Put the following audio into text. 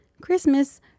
Christmas